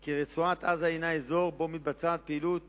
כי רצועת-עזה הינה אזור שבו מתבצעת פעילות